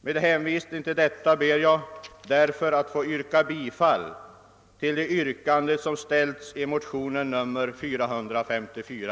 Med hänvisning till detta ber jag därför att få yrka bifall till det yrkande som ställts i motionen II: 454.